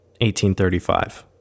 1835